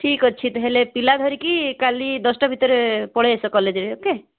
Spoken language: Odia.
ଠିକ ଅଛି ତା'ହେଲେ ପିଲା ଧରିକି କାଲି ଦଶଟା ଭିତରେ ପଳେଇ ଆସ କଲେଜରେ ଓ କେ